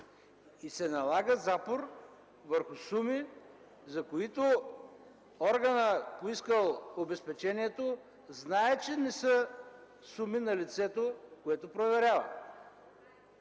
И се налага запор върху суми, за които органът, поискал обезпечението, знае, че не са суми на лицето, което проверява.